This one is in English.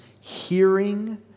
hearing